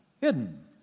hidden